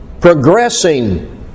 progressing